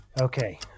Okay